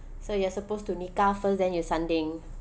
so you are supposed to nikah first then you sanding